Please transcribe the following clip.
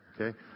Okay